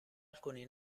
alcuni